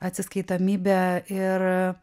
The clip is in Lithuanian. atsiskaitomybė ir